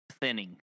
thinning